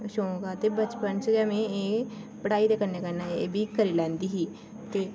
शौक हा ते बचपन च गै मिगी पढ़ाई दे कन्नै कन्नै एह् बी करी लैंदी ही ते